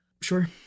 Sure